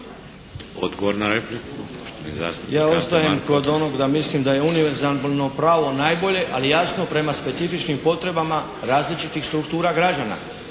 Ante (HSS)** Ja ostajem kod onoga da mislim da je univerzalno pravo najbolje ali jasno prema specifičnim potrebama različitih struktura građana.